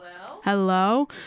Hello